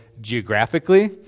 geographically